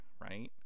right